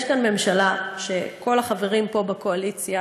יש כאן ממשלה של כל החברים פה בקואליציה